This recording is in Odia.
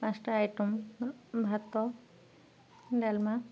ପାଞ୍ଚଟା ଆଇଟମ୍ ଭାତ ଡାଲମା